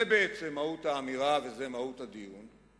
זו בעצם מהות האמירה וזו מהות הדיון,